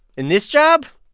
in this job?